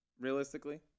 realistically